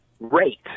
rate